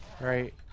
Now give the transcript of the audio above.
right